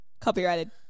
Copyrighted